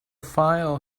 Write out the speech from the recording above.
file